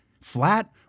Flat